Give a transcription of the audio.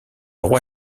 roi